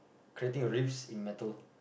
creating a riffs in metal